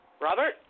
Robert